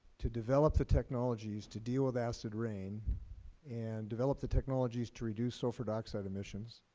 to develop the technologies to deal with acid rain and develop the technologies to reduce sulfur dioxide emissions?